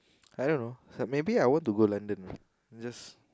I don't know maybe I want to go London to just